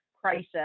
crisis